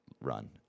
run